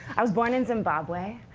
i was born in zimbabwe,